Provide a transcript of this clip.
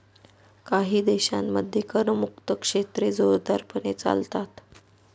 काही देशांमध्ये करमुक्त क्षेत्रे जोरदारपणे चालतात